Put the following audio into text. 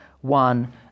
one